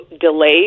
delay